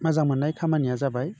मोजां मोन्नाय खामानिया जाबाय